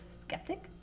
skeptic